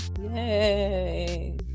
yay